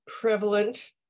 prevalent